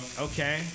Okay